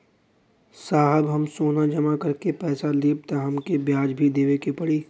साहब हम सोना जमा करके पैसा लेब त हमके ब्याज भी देवे के पड़ी?